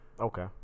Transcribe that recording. Okay